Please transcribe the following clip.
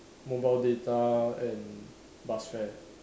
mobile data and bus fare